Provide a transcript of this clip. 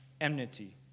enmity